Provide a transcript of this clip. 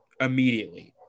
immediately